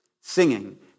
singing